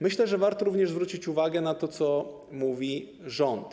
Myślę, że warto również zwrócić uwagę na to, co mówi rząd.